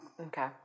Okay